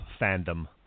fandom